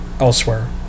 elsewhere